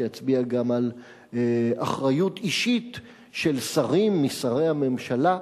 שיצביע גם על אחריות אישית של שרים משרי הממשלה.